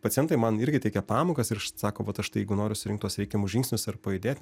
pacientai man irgi teikia pamokas ir sako vat aš tai jeigu noriu surinkt tuos reikiamus žingsnius ir pajudėt